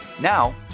Now